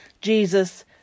Jesus